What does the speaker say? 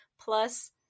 plus